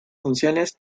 funciones